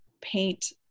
paint